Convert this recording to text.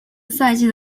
赛季